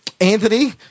Anthony